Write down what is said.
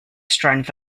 strength